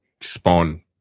spawn